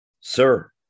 Sir